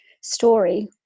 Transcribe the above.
story